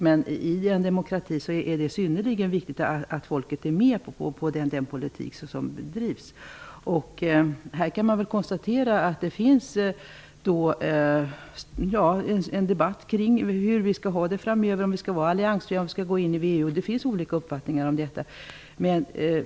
I en demokrati är det synnerligen viktigt att folket är med på den politik som drivs. Man kan konstatera att det finns en debatt kring hur vi skall ha det framöver, om vi skall vara alliansfria och om vi skall gå in i VEU. Det finns olika uppfattningar om detta.